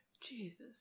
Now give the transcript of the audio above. Jesus